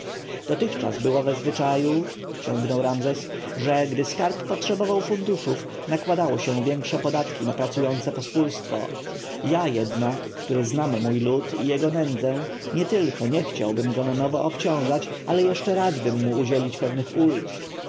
dotychczas było we zwyczaju ciągnął ramzes że gdy skarb potrzebował funduszów nakładało się większe podatki na pracujące pospólstwo ja jednak który znam mój lud i jego nędzę nietylko nie chciałbym go na nowo